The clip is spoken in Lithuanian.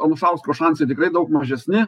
anušausko šansai tikrai daug mažesni